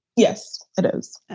yes, it is.